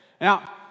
Now